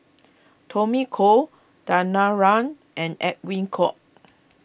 Tommy Koh Danaraj and Edwin Koek